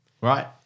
Right